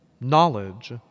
knowledge